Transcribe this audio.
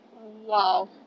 wow